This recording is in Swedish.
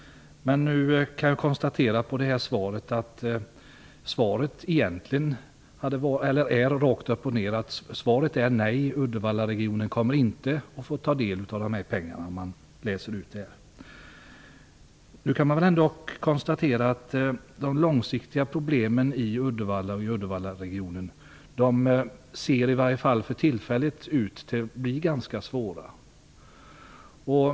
Nu kan jag konstatera att svaret är rakt upp och ner nej. Uddevallaregionen kommer inte att få del av pengarna. Nu kan man konstatera att de långsiktiga problemen i Uddevallaregionen för tillfället ser ut att bli ganska svåra.